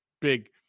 big